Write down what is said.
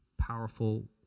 powerful